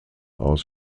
aus